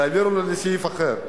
תעביר אותו לסעיף אחר.